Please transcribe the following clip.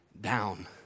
down